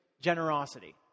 generosity